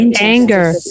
anger